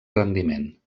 rendiment